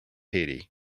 haiti